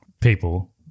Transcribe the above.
people